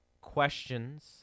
questions